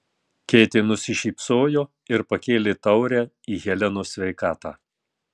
keitė nusišypsojo ir pakėlė taurę į helenos sveikatą